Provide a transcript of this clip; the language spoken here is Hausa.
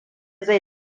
zai